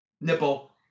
nipple